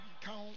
count